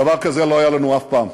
דבר כזה לא היה לנו אף פעם.